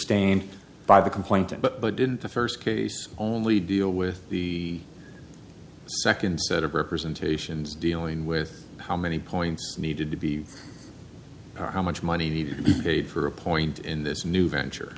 ed by the complaint but didn't the first case only deal with the second set of representations dealing with how many points needed to be or how much money to be paid for a point in this new venture